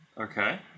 Okay